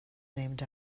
named